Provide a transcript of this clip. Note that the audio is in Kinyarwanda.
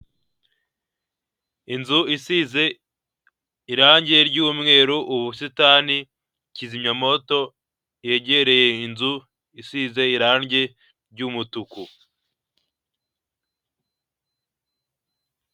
Inzu isize irangi ry'umweru, ubusitani, kizimyamwoto yegereye inzu isize irangi ry'umutuku.